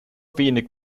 wenig